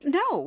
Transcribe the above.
no